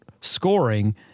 scoring